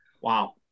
Wow